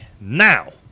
Now